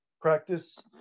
practice